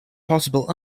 possible